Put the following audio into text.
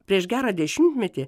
prieš gerą dešimtmetį